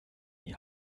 die